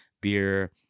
beer